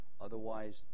Otherwise